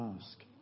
ask